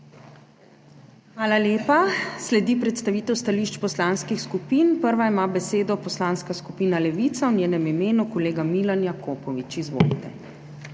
Hvala lepa! Sledi predstavitev stališč poslanskih skupin, prva ima besedo Poslanska skupina Levica, v njenem imenu kolega Milan Jakopovič. Izvolite.